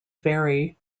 vary